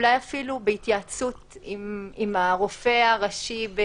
אולי אפילו בהתייעצות עם הרופא הראשי,